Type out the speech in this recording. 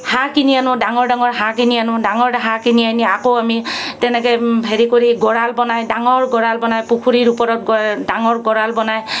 হাঁহ কিনি আনোঁ ডাঙৰ ডাঙৰ হাঁহ কিনি আনোঁ ডাঙৰ হাঁহ কিনি আনি আকৌ আমি তেনেকৈ হেৰি কৰি গঁৰাল বনাই ডাঙৰ গঁৰাল বনাই পুখুৰীৰ ওপৰত ডাঙৰ গঁৰাল বনাই